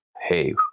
hey